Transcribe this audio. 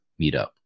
meetup